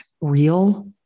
real